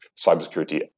cybersecurity